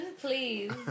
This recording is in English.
Please